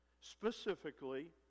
specifically